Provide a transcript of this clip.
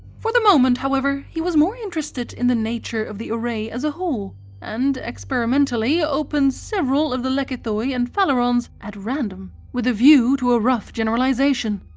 for the moment, however, he was more interested in the nature of the array as a whole and experimentally opened several of the lekythoi and phalerons at random with a view to a rough generalisation.